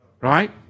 Right